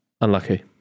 unlucky